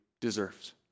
deserves